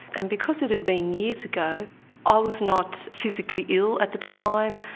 and because it had been years ago i was not physically ill at the time,